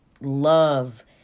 love